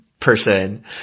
person